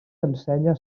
ensenya